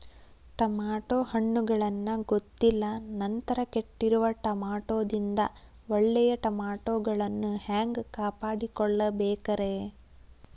Tomato ಹಣ್ಣುಗಳನ್ನ ಗೊತ್ತಿಲ್ಲ ನಂತರ ಕೆಟ್ಟಿರುವ ಟಮಾಟೊದಿಂದ ಒಳ್ಳೆಯ ಟಮಾಟೊಗಳನ್ನು ಹ್ಯಾಂಗ ಕಾಪಾಡಿಕೊಳ್ಳಬೇಕರೇ?